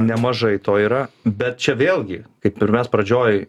nemažai to yra bet čia vėlgi kaip ir mes pradžioj